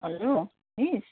hello miss